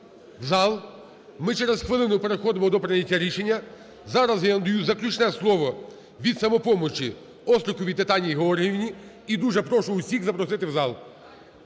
в зал ми через хвилину переходимо до прийняття рішення. Зараз я надаю заключне слово від "Самопомочі" Остріковій Тетяні Георгіївні. І дуже прошу усіх запросити в зал,